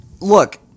look